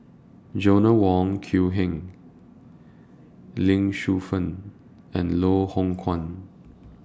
Joanna Wong Quee Heng Lee Shu Fen and Loh Hoong Kwan